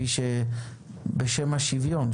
בשם השוויון,